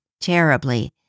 terribly